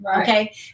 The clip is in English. okay